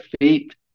feet